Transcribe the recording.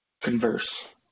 converse